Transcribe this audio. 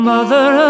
Mother